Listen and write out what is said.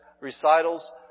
Recitals